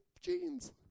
jeans